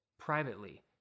Privately